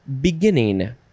beginning